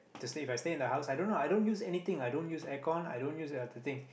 to stay If I stay in the house i don't know i don't use anything i don't use aircon i don't use the thing